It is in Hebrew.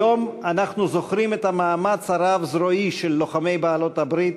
היום אנחנו זוכרים את המאמץ הרב-זרועי של לוחמי בעלות-הברית,